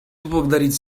поблагодарить